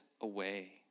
away